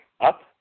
up